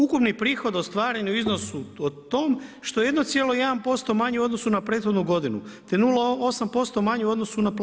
Ukupni prihod je ostvaren u iznosu u tom što 1,1% manji u odnosu na prethodnu godinu, te 0,8% manji u odnosu na plan.